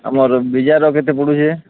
ଆମର୍ ବିଜାର କେତେ ପଡ଼ୁଚେ